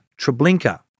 Treblinka